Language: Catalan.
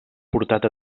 portat